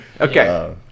Okay